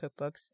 cookbooks